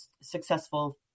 successful